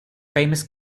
famous